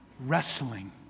wrestling